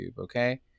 Okay